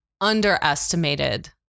underestimated